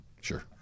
Sure